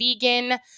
vegan